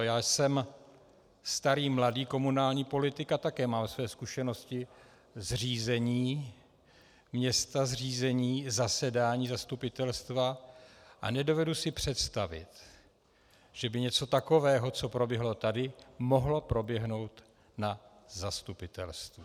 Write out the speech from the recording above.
Já jsem starý mladý komunální politik a také mám své zkušenosti s řízením města, s řízením zasedání zastupitelstva a nedovedu si představit, že by něco takového, co proběhlo tady, mohlo proběhnout na zastupitelstvu.